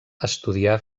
estudià